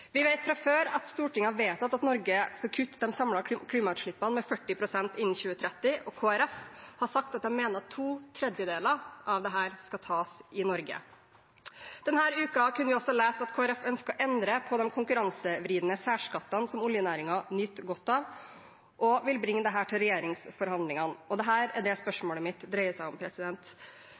Vi vet fra før at Stortinget har vedtatt at Norge skal kutte de samlede klimautslippene med 40 pst. innen 2030, og Kristelig Folkeparti har sagt at de mener at to tredjedeler av dette skal tas i Norge. Denne uken kunne vi også lese at Kristelig Folkeparti ønsker å endre på de konkurransevridende særskattene som oljenæringen nyter godt av, og vil bringe dette til regjeringsforhandlingene, og dette er det spørsmålet mitt dreier seg om.